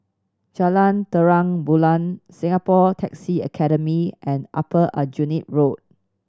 Jalan Terang Bulan Singapore Taxi Academy and Upper Aljunied Road